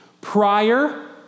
Prior